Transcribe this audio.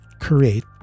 create